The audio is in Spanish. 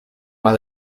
más